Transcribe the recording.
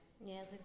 yes